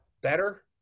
better